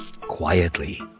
Quietly